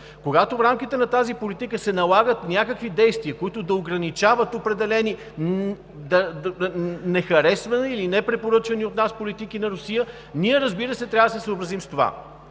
когато в рамките на тази политика се налагат някакви действия, които да ограничават определени нехаресвани или непрепоръчани от нас политики на Русия, ние, разбира се, трябва да се съобразим с това.